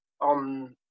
on